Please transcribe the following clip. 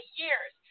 years